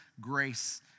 grace